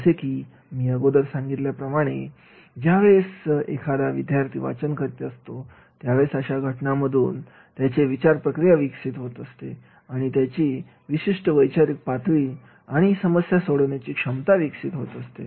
जसे की मी अगोदर सांगितल्याप्रमाणे ज्यावेळेस एखादा विद्यार्थी वाचन करीत असतो त्यावेळेस अशा घटनांमधून त्याचे विचारप्रक्रिया विकसित होत असते आणि त्याची विशिष्ट वैचारिक पातळी आणि समस्या सोडण्याची क्षमता विकसित होत असते